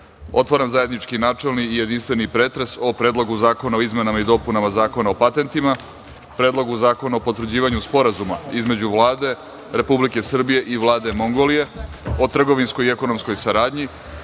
otvaram zajednički načelni i jedinstveni pretres o: Predlogu zakona o izmenama i dopunama Zakona o patentima, Predlogu zakona o potvrđivanju Sporazuma između Vlade Republike Srbije i Vlade Mongolije o trgovinskoj i ekonomskoj saradnji,